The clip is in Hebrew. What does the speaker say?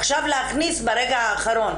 עכשיו להכניס ברגע האחרון,